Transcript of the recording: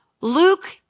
Luke